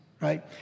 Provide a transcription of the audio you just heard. right